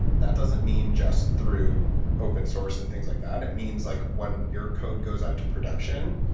that doesn't mean just through open-source and things like that, it means like when your code goes out to production,